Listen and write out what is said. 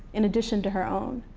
in addition to her own.